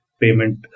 payment